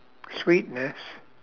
sweetness